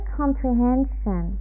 comprehension